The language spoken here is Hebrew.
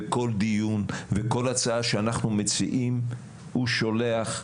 וכל דיון, וכל הצעה שאנחנו מציעים הוא שולח,